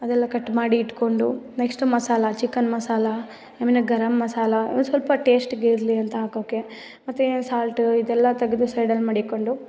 ಅದೆಲ್ಲ ಕಟ್ ಮಾಡಿ ಇಟ್ಟುಕೊಂಡು ನೆಕ್ಸ್ಟ್ ಮಸಾಲ ಚಿಕನ್ ಮಸಾಲ ಆಮೇಲೆ ಗರಮ್ ಮಸಾಲ ಅವು ಸ್ವಲ್ಪ ಟೇಶ್ಟಿಗೆ ಇರಲಿ ಅಂತ ಹಾಕೋಕ್ಕೆ ಮತ್ತೆ ಸಾಲ್ಟ್ ಇದೆಲ್ಲ ತೆಗ್ದು ಸೈಡಲ್ಲಿ ಮಡಿಕ್ಕೊಂಡು